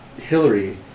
Hillary